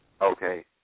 okay